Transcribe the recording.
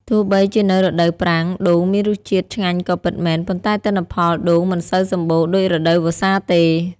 ទោះបីជានៅរដូវប្រាំង ដូងមានរសជាតិឆ្ងាញ់ក៏ពិតមែន ប៉ុន្តែទិន្នផលដូងមិនសូវសម្បូរដូចរដូវវស្សាទេ។